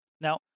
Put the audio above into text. Now